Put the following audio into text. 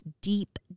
deep